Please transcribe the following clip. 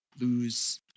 lose